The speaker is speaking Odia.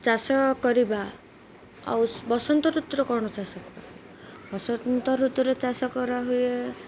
ଚାଷ କରିବା ଆଉ ବସନ୍ତ ଋତୁୁର କ'ଣ ଚାଷ ବସନ୍ତ ଋତୁରେ ଚାଷ କରାହୁୁଏ